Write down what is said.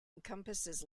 encompasses